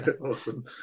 Awesome